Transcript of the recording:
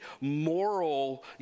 moral